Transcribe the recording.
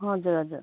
हजुर हजुर